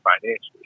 financially